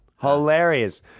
Hilarious